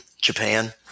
Japan